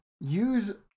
use